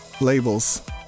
labels